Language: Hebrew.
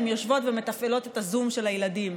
הן יושבות ומתפעלות את הזום של הילדים.